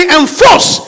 enforce